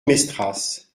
mestras